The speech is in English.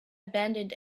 abandoned